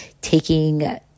taking